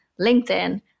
LinkedIn